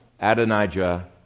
Adonijah